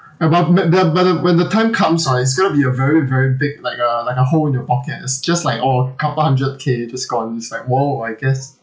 uh but the but ya but the when the time comes hor it's going to be a very very big like a like a hole in your pocket it's just like oh couple hundred K just gone it's like !whoa! I guess